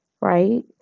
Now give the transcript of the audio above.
right